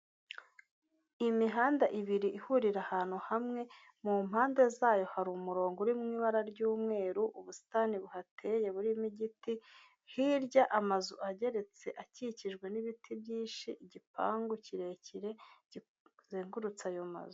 Imihanda ibiri ihurira ahantu hamwe mu mpande zayo hari umurongo uri mu ibara ry'umweru, ubusitani buhateye burimo igiti, hirya amazu ageretse akikijwe n'ibiti byinshi, igipangu kirekire kizengurutse ayo mazu.